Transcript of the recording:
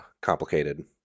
complicated